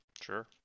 Sure